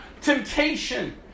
temptation